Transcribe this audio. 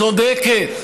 צודקת.